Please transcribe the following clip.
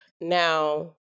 Now